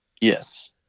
Yes